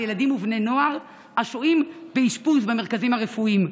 ילדים ובני נוער השוהים באשפוז במרכזים הרפואיים?